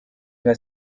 nka